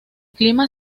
clima